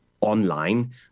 online